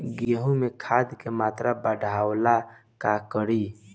गेहूं में खाद के मात्रा बढ़ावेला का करी?